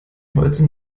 heute